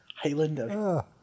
Highlander